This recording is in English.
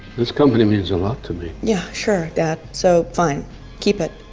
this company means a lot to me yeah sure. that so fine keep it.